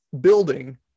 building